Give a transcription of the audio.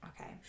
Okay